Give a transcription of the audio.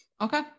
Okay